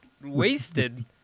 wasted